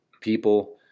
people